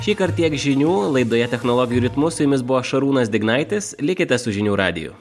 šįkart tiek žinių laidoje technologijų ritmu su jumis buvo šarūnas dignaitis likite su žinių radiju